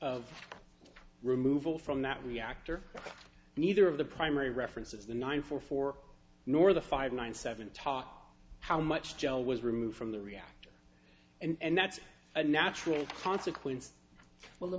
of removal from that reactor neither of the primary references the nine four four nor the five nine seven talks how much joe was removed from the reactor and that's a natural consequence well let